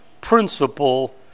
principle